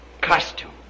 costume